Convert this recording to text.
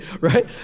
right